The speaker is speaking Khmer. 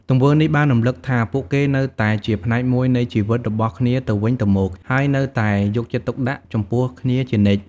ទង្វើនេះបានរំឭកថាពួកគេនៅតែជាផ្នែកមួយនៃជីវិតរបស់គ្នាទៅវិញទៅមក ហើយនៅតែយកចិត្តទុកដាក់ចំពោះគ្នាជានិច្ច។